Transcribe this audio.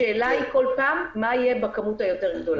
השאלה היא כל פעם מה יהיה בכמות היותר גדולה.